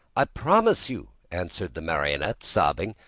i promise you, answered the marionette, sobbing,